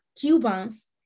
Cubans